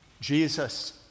Jesus